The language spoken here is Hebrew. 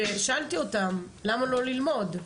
שאלתי אותם למה לא ללמוד?